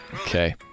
Okay